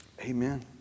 Amen